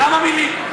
כמה מילים?